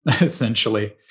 essentially